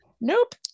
Nope